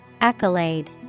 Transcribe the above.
Accolade